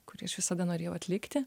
kurį aš visada norėjau atlikti